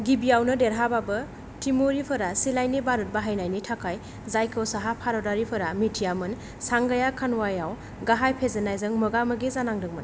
गिबियावनो देरहाबाबो तिमुरिफोरा सिलायनि बारुद बाहायनायनि थाखाय जायखौ साहा भारतारिफोरा मिथियामोन सांगाया खानवायाव गाहाय फेजेननायजों मोगामोगि जानांदोंमोन